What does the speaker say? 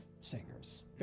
singers